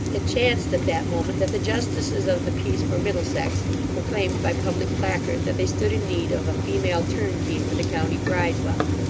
it chanced at that moment, that the justices of the peace for middlesex proclaimed by public placard that they stood in need of a female turnkey for the county bridewell,